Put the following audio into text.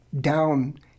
down